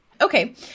Okay